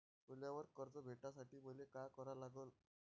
सोन्यावर कर्ज भेटासाठी मले का करा लागन?